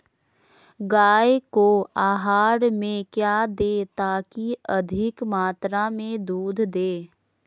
गाय को आहार में क्या दे ताकि अधिक मात्रा मे दूध दे?